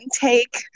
take